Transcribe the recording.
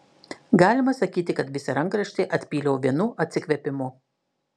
galima sakyti kad visą rankraštį atpyliau vienu atsikvėpimu